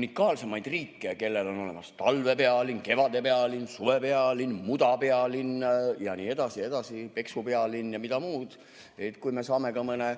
unikaalseimaid riike, kellel on olemas talvepealinn, kevadpealinn, suvepealinn, mudapealinn ja nii edasi ja nii edasi, peksupealinn ja mida veel. Kui me saame ka mõne